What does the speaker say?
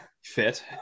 fit